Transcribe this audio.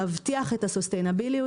להבטיח את היציבות,